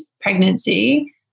pregnancy